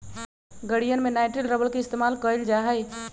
गड़ीयन में nitrile rubber के इस्तेमाल कइल जा हई